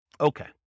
Okay